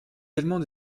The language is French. également